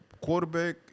quarterback